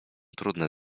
trudne